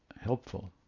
helpful